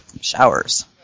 showers